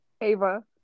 Ava